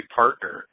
partner